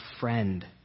friend